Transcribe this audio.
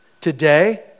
today